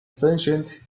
efficient